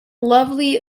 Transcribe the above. lovely